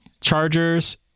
Chargers